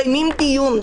מקיימים דיון.